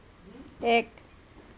এক